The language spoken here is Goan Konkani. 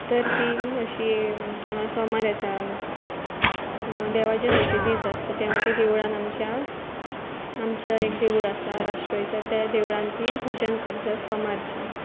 तर ती अशी केवां सोमार येता देवाचे खंयचे दीस आसता तेवा ती देवळान आमच्या आमच्या एक देवूळ आसा राष्ट्रोळीच्या त्या देवळान ती भजन करतात सोमारची